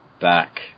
back